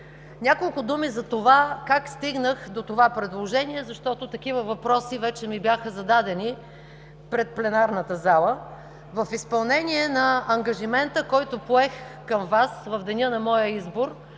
Няколко думи за това как стигнах до това предложение, защото вече ми бяха зададени такива въпроси пред пленарната зала. В изпълнение на ангажимента, който поех към Вас в деня на моя избор